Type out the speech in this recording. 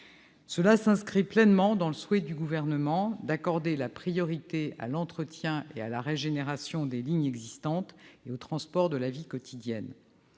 s'inscrit pleinement dans le souhait du Gouvernement d'accorder la priorité à l'entretien et à la régénération des lignes existantes et aux transports de la vie quotidienne.